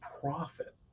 profit